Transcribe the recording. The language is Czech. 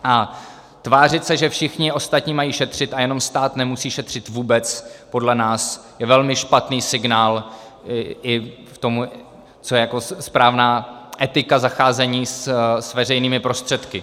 A tvářit se, že všichni ostatní mají šetřit a jenom stát nemusí šetřit vůbec, je podle nás velmi špatný signál k tomu, co je jako správná etika zacházení s veřejnými prostředky.